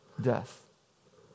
death